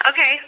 Okay